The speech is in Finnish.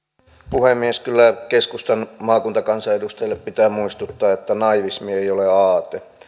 puhemies kyllä keskustan maakuntakansanedustajille pitää muistuttaa että naivismi ei ole ole aate